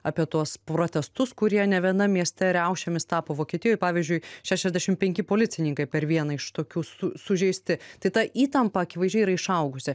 apie tuos protestus kurie nevienam mieste riaušėmis tapo vokietijoj pavyzdžiui šešiasdešim penki policininkai per vieną iš tokių su sužeisti tai ta įtampa akivaizdžiai yra išaugusi